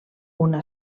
una